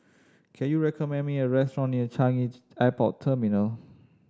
can you recommend me a restaurant near Changi Airport Terminal